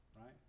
right